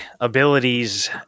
abilities